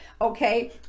okay